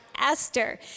Esther